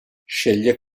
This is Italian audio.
sceglie